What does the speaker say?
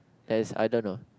that's I don't know